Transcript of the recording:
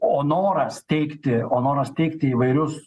o noras teikti o noras teikti įvairius